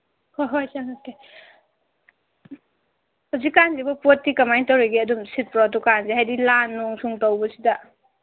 ꯍꯣꯍꯣꯏ ꯆꯪꯉꯛꯀꯦ ꯍꯧꯖꯤꯛꯀꯥꯟꯁꯤꯕꯣ ꯄꯣꯠꯇꯤ ꯀꯃꯥꯏ ꯇꯧꯔꯤꯒꯦ ꯑꯗꯨꯝ ꯁꯤꯠꯄ꯭ꯔꯣ ꯗꯨꯀꯥꯟꯁꯦ ꯍꯥꯏꯗꯤ ꯂꯥꯟ ꯅꯨꯡ ꯁꯨꯝ ꯇꯧꯕꯁꯤꯗ